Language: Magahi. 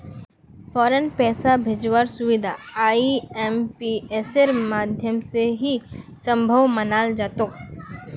फौरन पैसा भेजवार सुबिधा आईएमपीएसेर माध्यम से ही सम्भब मनाल जातोक